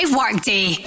workday